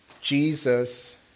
Jesus